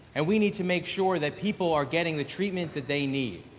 and we need to make sure that people are getting the treatment that they need.